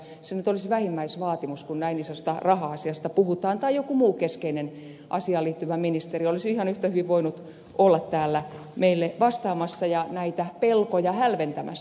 se nyt olisi vähimmäisvaatimus kun näin isosta raha asiasta puhutaan tai joku muu keskeinen asiaan liittyvä ministeri olisi ihan yhtä hyvin voinut olla täällä meille vastaamassa ja näitä pelkoja hälventämässä